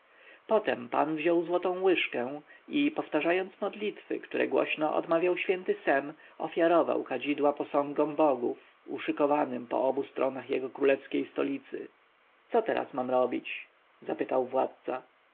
potem pan wziął złotą łyżkę i powtarzając modlitwy które głośno odmawiał święty sem ofiarował kadzidła posągom bogów uszykowanym po obu stronach jego królewskiej stolicy co teraz mam robić zapytał władca